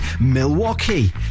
Milwaukee